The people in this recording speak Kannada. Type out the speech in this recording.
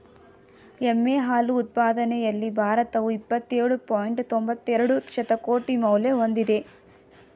ಎಮ್ಮೆ ಹಾಲು ಉತ್ಪಾದನೆಯಲ್ಲಿ ಭಾರತವು ಇಪ್ಪತ್ತೇಳು ಪಾಯಿಂಟ್ ತೊಂಬತ್ತೆರೆಡು ಶತಕೋಟಿ ಮೌಲ್ಯ ಹೊಂದಿದೆ